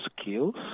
skills